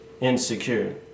insecure